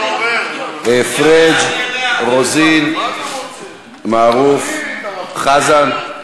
פריג', רוזין, מערוף, חזן.